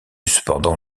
cependant